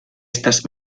estas